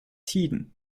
tiden